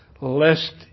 lest